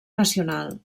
nacional